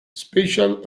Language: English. special